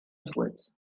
slits